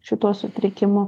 šituo sutrikimu